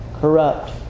corrupt